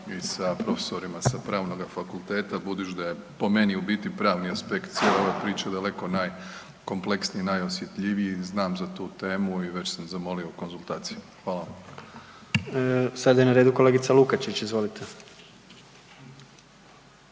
i sa profesorima sa pravnog fakulteta, budući da je po meni u biti pravni aspekt sve ove priče daleko najkompleksniji, najosjetljiviji, znam za tu temu i već sam zamolio konzultacije. Hvala vam. **Jandroković, Gordan